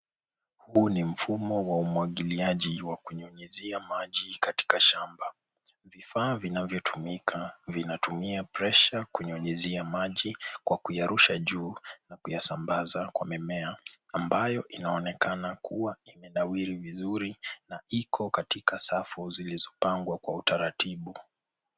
Huu ni nfumo wa umwagiliaji wa kunyunyuzia maji katika shamba. Vifaa vinavyotumika vinatumia pressure kunyunyuzia maji kwa kuyarusha juu na kuyasambaza kwa mimea ambayo inaonekana inanawiri vizuri na iko katika safu zilizopangwa kwa utaratibu.